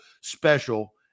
special